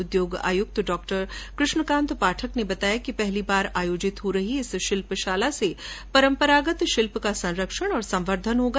उद्योग आयुक्त डॉ कृष्ण कांत पाठक ने बताया कि पहली बार आयोजित हो रही इस शिल्पशाला से परम्परागत शिल्प का संरक्षण और संवर्धन होगा